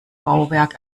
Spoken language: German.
bauwerk